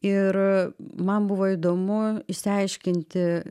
ir man buvo įdomu išsiaiškinti